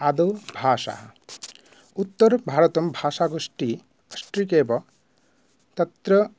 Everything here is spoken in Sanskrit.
आदौ भाषा उत्तरभारतं भाषागोष्ठिः एव तत्र